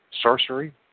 sorcery